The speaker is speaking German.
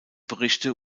berichte